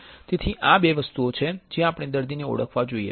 તેથી આ બે છે જ્યાં આપણે દર્દીને ઓળખવા જોઈએ